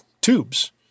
tubes